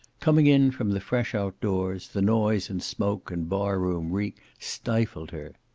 coming in from the fresh outdoors, the noise and smoke and bar-room reek stifled her.